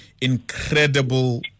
incredible